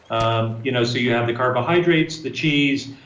um you know so, you have the carbohydrates, the cheese,